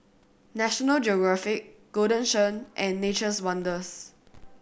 National Geographic Golden Churn and Nature's Wonders